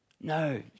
No